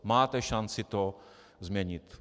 Máte šanci to změnit.